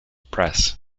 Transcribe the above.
press